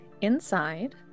Inside